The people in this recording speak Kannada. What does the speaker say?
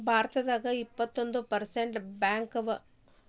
ಭಾರತದಾಗ ಇಪ್ಪತ್ತೊಂದು ಪ್ರೈವೆಟ್ ಬ್ಯಾಂಕವ